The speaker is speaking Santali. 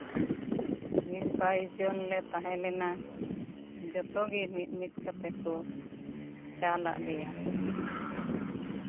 ᱵᱤᱥ ᱵᱟᱭᱤᱥ ᱡᱚᱱ ᱞᱮ ᱛᱟᱦᱮᱞᱮᱱᱟ ᱡᱚᱛᱚ ᱜᱮ ᱢᱤᱫ ᱢᱤᱫ ᱠᱟᱛᱮ ᱠᱚ ᱪᱟᱞᱟᱫ ᱞᱮᱭᱟ